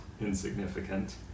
insignificant